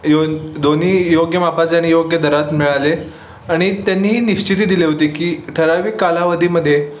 यो दोन्ही योग्य मापाचे आणि योग्य दरात मिळाले आणि त्यांनी निश्चिती दिले होते की ठराविक कालावधीमध्ये